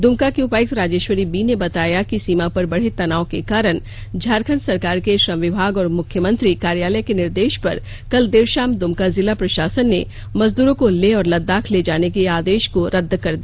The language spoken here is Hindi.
द्मका की उपायुक्त राजेश्वरी बी ने बताया कि सीमा पर बढे तनाव के कारण झारखंड सरकार के श्रम विभाग और मुख्यमंत्री कार्यालय के निर्देश पर कल देर शाम दुमका जिला प्रशासन ने मजदूरों को लेह और लद्दाख ले जाने के आदेश को रद्द कर दिया